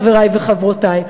חברי וחברותי,